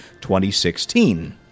2016